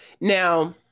now